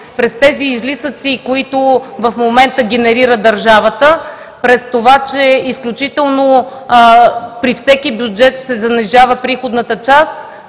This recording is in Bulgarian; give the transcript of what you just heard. при тези излишъци, които в момента генерира държавата, през това, че изключително при всеки бюджет се занижава приходната част,